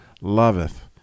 loveth